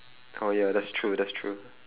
oh ya that's true that's true